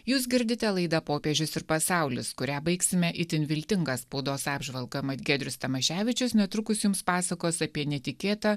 jūs girdite laidą popiežius ir pasaulis kurią baigsime itin viltinga spaudos apžvalga mat giedrius tamaševičius netrukus jums pasakos apie netikėtą